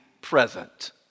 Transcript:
present